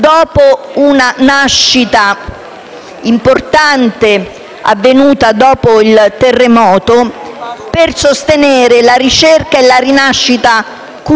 importante, avvenuta all'indomani del terremoto, per sostenere la ricerca e la rinascita culturale a L'Aquila.